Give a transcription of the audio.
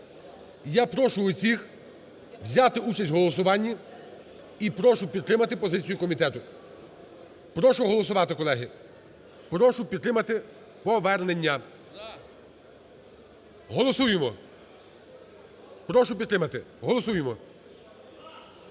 Я прошу всіх взяти участь в голосуванні. І прошу підтримати позицію комітету. Прошу голосувати, колеги. Прошу підтримати повернення. Голосуємо. Прошу підтримати. Голосуємо.